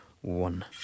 one